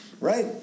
Right